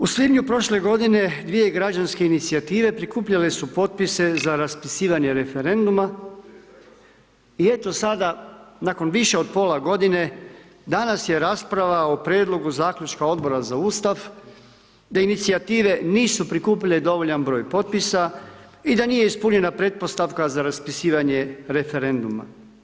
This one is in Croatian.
U svibnju prošle godine, dvije građanske inicijative, prikupljale su potpise za raspisivanje referenduma i eto sada, nakon više od pola godine, danas je rasprava o prijedlogu zaključka Odbora za Ustav te inicijative nisu prikupile dovoljan broj potpisa i da nije ispunjena pretpostavka za raspisivanje referenduma.